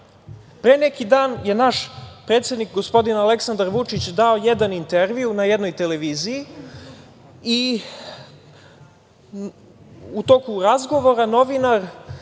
neki dan je naš predsednik gospodin Aleksandar Vučić dao jedan intervju na jednoj televiziji i u toku razgovora novinar